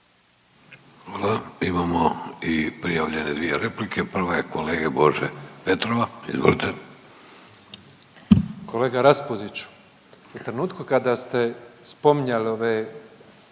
Hvala. Imamo i prijavljene dvije replike, prva je kolege Bože Petrova, izvolite. **Petrov, Božo (MOST)** Kolega Raspudiću, u trenutku kada ste spominjali ove